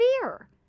fear